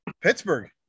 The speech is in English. Pittsburgh